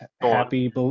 happy